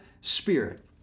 spirit